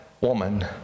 woman